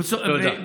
תודה.